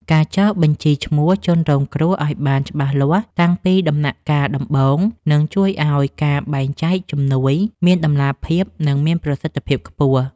ការចុះបញ្ជីឈ្មោះជនរងគ្រោះឱ្យបានច្បាស់លាស់តាំងពីដំណាក់កាលដំបូងនឹងជួយឱ្យការបែងចែកជំនួយមានតម្លាភាព និងមានប្រសិទ្ធភាពខ្ពស់។